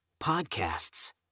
podcasts